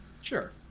Sure